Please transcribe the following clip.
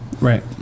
Right